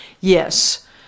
yes